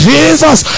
Jesus